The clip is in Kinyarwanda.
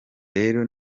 rero